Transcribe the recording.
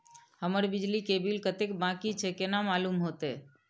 हमर बिजली के बिल कतेक बाकी छे केना मालूम होते?